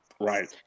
right